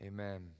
Amen